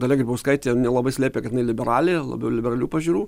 dalia grybauskaitė nelabai slėpė kad jinai liberalė labiau liberalių pažiūrų